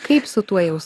kaip su tuo jaus